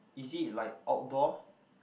is it like outdoor